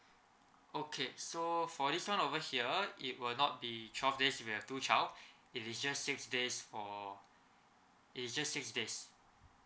okay so for this [one] over here it will not be twelve days you have two child it is just six days for it is just six days